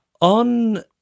On